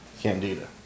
candida